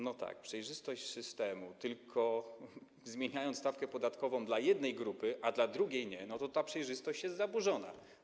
No tak, przejrzystość systemu, tylko jeśli zmienimy stawkę podatkową dla jednej grupy, a dla drugiej nie, to ta przejrzystość zostanie zaburzona.